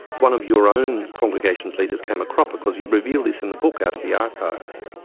one of your own congregation's leaders came a cropper because you reveal this in the book. out of the archives,